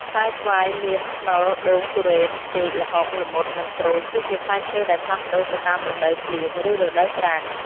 ផ្លែស្វាយ មៀន ខ្នុរ ដូង ធូរ៉េន ចេក ល្ហុង ល្មុត និងក្រូច គឺជាផ្លែឈើដែលផ្លាស់ប្តូរទៅតាមរដូវភ្លៀង ឬរដូវប្រាំង។